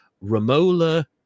Romola